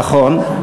נכון.